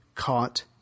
Caught